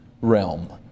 realm